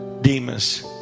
demas